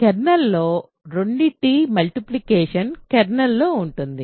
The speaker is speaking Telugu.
కెర్నల్లోని రెండిటి మల్టిప్లికేషన్ కెర్నల్లో ఉంటుంది